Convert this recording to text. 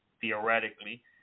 theoretically